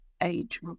age